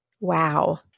Wow